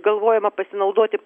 galvojama pasinaudoti